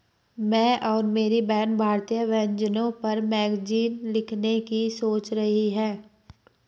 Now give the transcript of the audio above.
मैं और मेरी बहन भारतीय व्यंजनों पर मैगजीन लिखने की सोच रही है